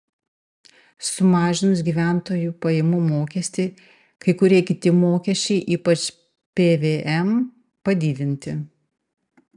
sumažinus gyventojų pajamų mokestį kai kurie kiti mokesčiai ypač pvm padidinti